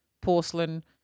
porcelain